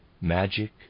magic